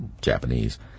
Japanese